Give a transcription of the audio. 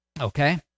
Okay